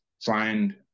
find